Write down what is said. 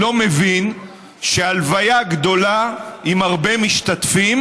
לא מבין שהלוויה גדולה עם הרבה משתתפים,